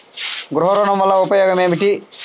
గృహ ఋణం వల్ల ఉపయోగం ఏమి?